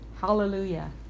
Hallelujah